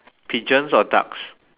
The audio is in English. pigeons or ducks